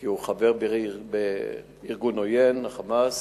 כי הוא חבר בארגון עוין, ה"חמאס".